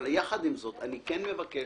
אבל יחד עם זאת אני כן מבקש